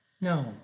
No